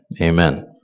Amen